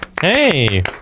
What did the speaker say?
Hey